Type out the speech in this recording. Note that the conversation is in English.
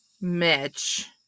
mitch